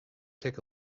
take